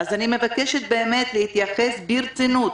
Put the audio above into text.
אז אני מבקשת באמת להתייחס ברצינות